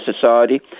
society